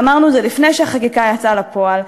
ואמרנו את זה לפני שהחקיקה יצאה לפועל,